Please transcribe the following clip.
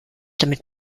damit